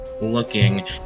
looking